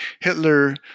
Hitler